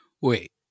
Wait